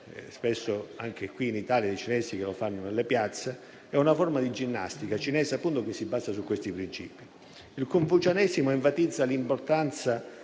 spesso anche qui in Italia dei cinesi che lo praticano nelle piazze - è una forma di ginnastica cinese che si basa su questi principi. Il confucianesimo enfatizza l'importanza